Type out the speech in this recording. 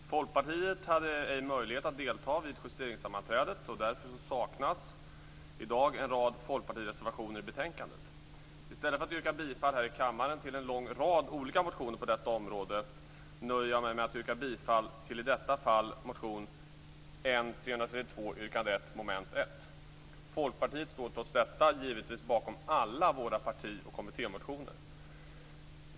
Fru talman! Folkpartiet hade inte möjlighet att delta vid justeringssammanträdet. Därför saknas i dag en rad folkpartireservationer i betänkandet. I stället för att här i kammaren yrka bifall till en lång rad olika motioner på detta område, nöjer jag mig med att yrka bifall till motion N332 yrkande 1 under mom. 1. Folkpartiet står trots detta givetvis bakom alla sina parti och kommittémotioner.